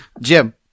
Jim